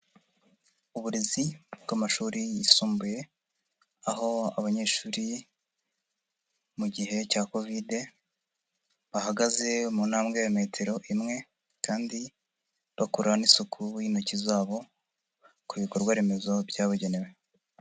Uburezi bw'amashuri yisumbuye aho abanyeshuri mu gihe cya Kovide bahagaze mu ntambwe ya metero imwe kandi bakora n'isuku y'intoki zabo ku bikorwaremezo byabugenewe.